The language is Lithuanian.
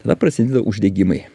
tada prasideda uždegimai